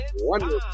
wonderful